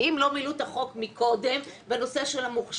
ואם לא מילאו את החוק מקודם בנושא של המוכש"ר,